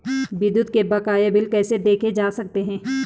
विद्युत के बकाया बिल कैसे देखे जा सकते हैं?